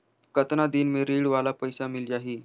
कतना दिन मे ऋण वाला पइसा मिल जाहि?